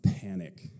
panic